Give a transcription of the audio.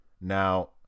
Now